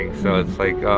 so, it's like,